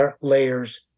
layers